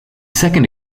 second